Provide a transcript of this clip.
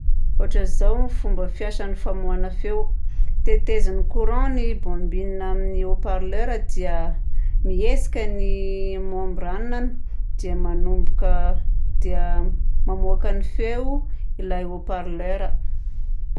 Ohatran'izao ny fomba fiasan'ny famoahana feo: tetezin'ny courant ny bombine amin'ny haut-parleur dia mihetsika ny membrane-ny dia manomboka dia mamoaka ny feo ilay haut-parleur a.